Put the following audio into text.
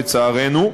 לצערנו,